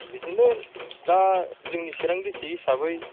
बिदिनो दा जोंनि चिरां डिस्ट्रिक हिसाबै